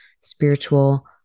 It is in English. spiritual